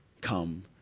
come